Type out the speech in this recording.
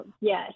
yes